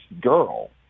girl